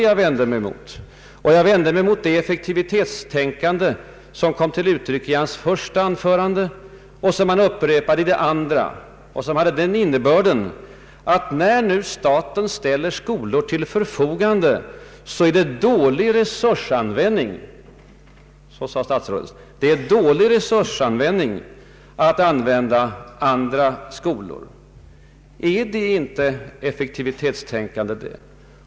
Jag vände mig också mot det effektivitetstänkande som kom till uttryck i hans första anförande och som han upprepade i det andra och som hade den innebörden att när nu staten ställer skolor till förfogande är det dålig resursanvändning — så sade statsrådet — att använda andra skolor. Är inte detta ett effektivitetstänkande?